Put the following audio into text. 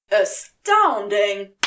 Astounding